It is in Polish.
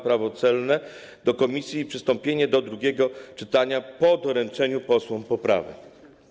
Prawo celne i przystąpienie do drugiego czytania po doręczeniu posłom poprawek.